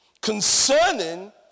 concerning